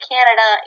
Canada